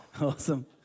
Awesome